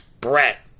Brett